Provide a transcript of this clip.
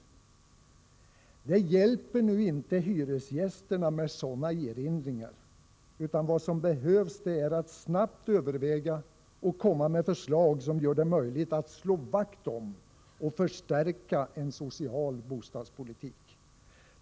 Sådana erinringar hjälper nu inte hyresgästerna, utan vad som behövs är att snabbt överväga och komma med förslag som gör det möjligt att slå vakt om och förstärka en social bostadspolitik.